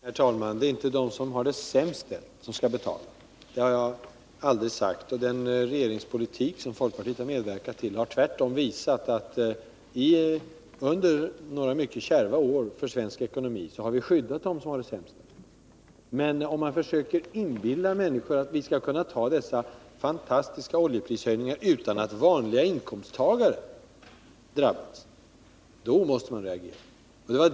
Herr talman! Det är inte de som har det sämst ställt som skall betala — det har jag aldrig sagt. Den regeringspolitik som folkpartiet har medverkat till har tvärtom inneburit att vi under några mycket kärva år för svensk ekonomi har skyddat dem som har det sämst. Men när vpk försöker inbilla människor att vi skall kunna ta dessa fantastiska oljeprishöjningar, utan att vanliga inkomsttagare skall drabbas, måste man reagera.